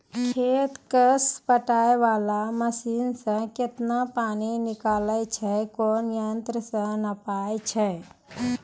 खेत कऽ पटाय वाला मसीन से केतना पानी निकलैय छै कोन यंत्र से नपाय छै